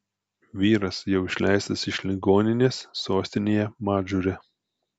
vyras jau išleistas iš ligoninės sostinėje madžūre